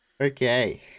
Okay